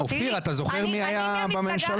אתה זוכר מי היה בממשלה?